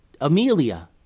Amelia